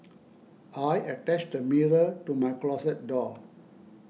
I attached a mirror to my closet door